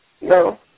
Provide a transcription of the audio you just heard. No